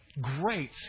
great